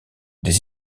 des